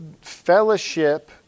Fellowship